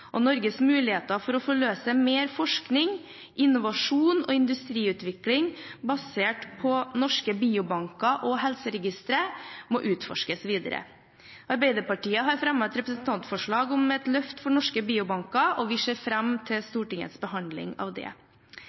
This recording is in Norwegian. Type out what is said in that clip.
Norges muligheter for å forløse mer forskning, innovasjon og industriutvikling basert på norske biobanker og helseregistre må utforskes videre. Arbeiderpartiet har fremmet et representantforslag om et løft for norske biobanker, og vi ser fram til Stortingets behandling av det.